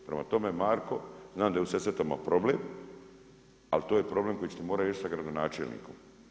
Prema tome, Marko, znam da je u Sesvetama problem, ali to je problem koji ćete morati riješiti sa gradonačelnikom.